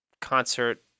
concert